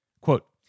Quote